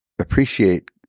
appreciate